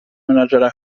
menadżera